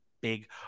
big